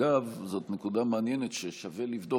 אגב, יש נקודה מעניינת ששווה לבדוק.